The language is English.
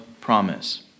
promise